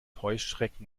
heuschrecken